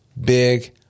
Big